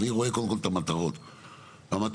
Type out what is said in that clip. אני רואה קודם כול, את המטרות.